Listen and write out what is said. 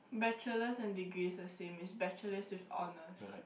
bachelors and degree is the same is bachelors with honors